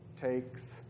takes